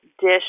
dish